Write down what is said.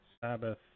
Sabbath